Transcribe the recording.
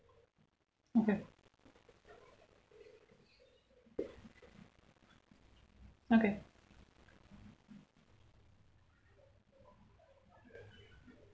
okay okay